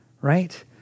right